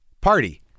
party